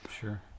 sure